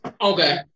Okay